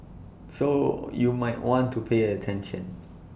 so you might want to pay attention